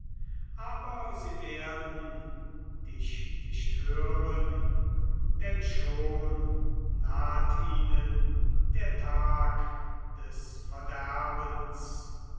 aber sie werden dich nicht hören denn schon naht ihnen der tag des verderbens